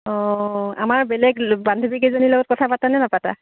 অঁ আমাৰ বেলেগ বান্ধৱীকেইজনীৰ লগত কথা পাতানে নাপাতা